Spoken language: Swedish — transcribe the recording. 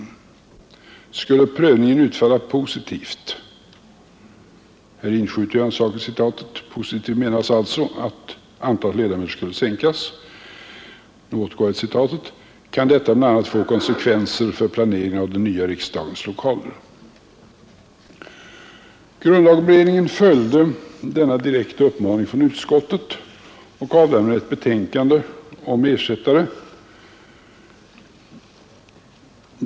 Skulle prövningen utfalla positivt,” — med positivt menas alltså att antalet ledamöter skall sänkas — ”kan detta bl.a. få konsekvenser för planeringen av den nya riksdagens lokaler.” Grundlagberedningen följde denna direkta uppmaning från utskottet och avgav ett betänkande om ersättare.